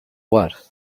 what